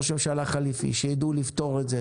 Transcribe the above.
ראש ממשלה חליפי וראשי קואליציה שידעו לפתור את זה